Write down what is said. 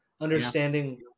understanding